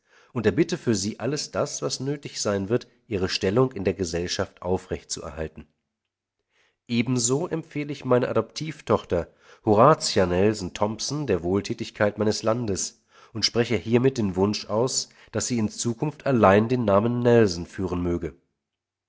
und erbitte für sie alles das was nötig sein wird ihre stellung in der gesellschaft aufrechtzuerhalten ebenso empfehl ich meine adoptiv tochter horatia nelson thompson der wohltätigkeit meines landes und spreche hiermit den wunsch aus daß sie in zukunft allein den namen nelson führen möge